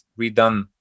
redone